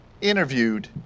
interviewed